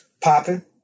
Popping